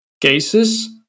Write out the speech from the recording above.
cases